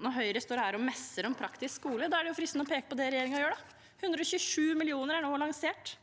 Når Høyre står her og messer om praktisk skole, er det fristende å peke på det regjeringen gjør: 127 mill. kr er nå lansert